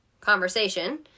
conversation